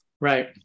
Right